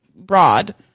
broad